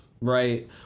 Right